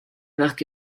parcs